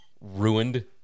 ruined –